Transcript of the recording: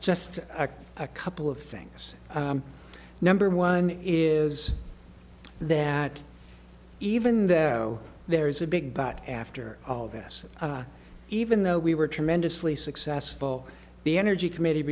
just a couple of things number one is that even though there is a big but after all this even though we were tremendously successful the energy committe